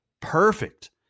perfect